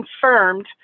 confirmed